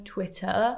Twitter